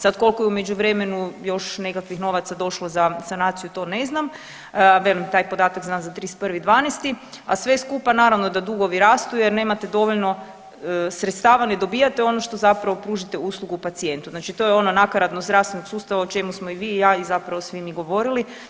Sad koliko je u međuvremenu još nekakvih novaca došlo za sanaciju to ne znam, velim taj podatak znam za 31.12., a sve skupa naravno da dugovi rastu jer nemate dovoljno sredstava, ne dobijate ono što zapravo pružite uslugu pacijentu, znači to je ono nakaradnost zdravstvenog sustava o čemu smo i vi i ja i zapravo svi mi govorili.